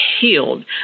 healed